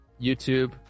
YouTube